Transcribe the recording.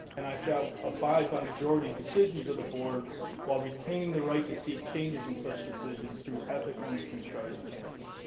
and i shall abide by majority and decisions of the board while retaining the right to seek changes in such decisions through ethical and constructive channels.